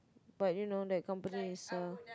but you know that company is a